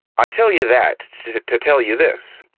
i tell you that to tell you this.